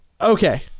Okay